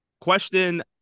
Question